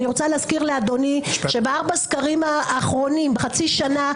אני רוצה להזכיר לאדוני שבארבעת הסקרים האחרונים בחצי שנה,